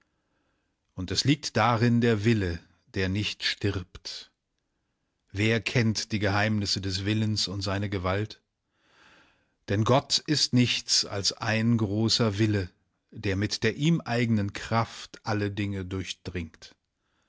und es liegt darin der wille der nicht stirbt wer kennt die geheimnisse des willens und seine gewalt denn gott ist nichts als ein großer wille der mit der ihm eignen kraft alle dinge durchdringt